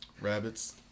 Rabbits